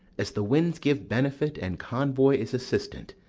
as the winds give benefit and convoy is assistant,